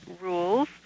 rules